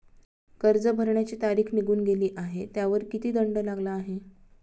कर्ज भरण्याची तारीख निघून गेली आहे त्यावर किती दंड लागला आहे?